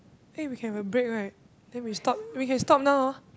eh we can have break right then we stop we can stop now ah